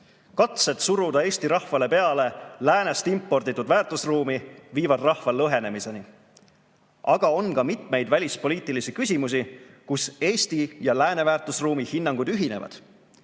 Katsed suruda Eesti rahvale peale läänest imporditud väärtusruumi viivad rahva lõhenemiseni. Aga on ka mitmeid välispoliitilisi küsimusi, mille puhul Eesti ja lääne väärtusruumi hinnangud ühinevad.